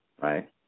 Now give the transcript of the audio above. right